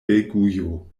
belgujo